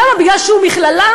למה, מפני שהוא מכללה?